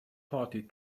party